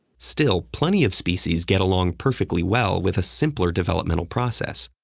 still, plenty of species get along perfectly well with a simpler developmental process.